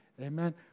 Amen